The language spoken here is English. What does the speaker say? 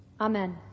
Amen